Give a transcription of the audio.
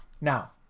Now